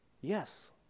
Yes